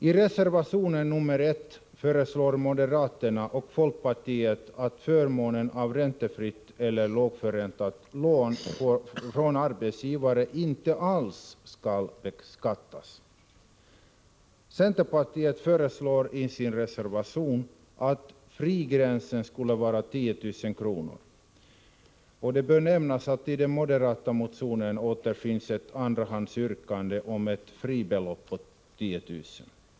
I reservationen nr 1 föreslår moderaterna och folkpartiet att förmånen av räntefritt eller lågförräntat lån från arbetsgivare inte alls skall beskattas. Centerpartiet föreslår i sin reservation att frigränsen skulle vara 10 000 kr. Det bör också nämnas att det i den moderata motionen återfinns ett andrahandsyrkande om ett fribelopp på 10 000 kr.